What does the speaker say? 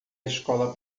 escola